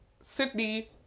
Sydney